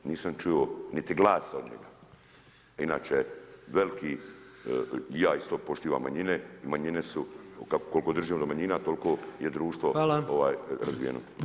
Nisam čuo niti glasa od njega, inače je veliki i ja isto poštivam manjine i manjine su koliko držimo do manjina toliko je društvo razvijeno.